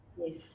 yes